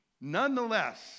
nonetheless